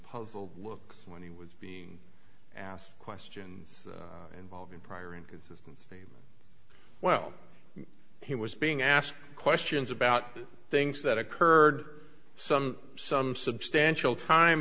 puzzled looks when he was being asked questions involving prior inconsistent well he was being asked questions about things that occurred some some substantial time